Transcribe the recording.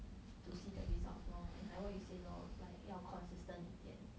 to see the results lor and like what you say lor like 要 consistent 一点